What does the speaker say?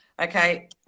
okay